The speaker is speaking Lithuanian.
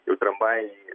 jau tramvajai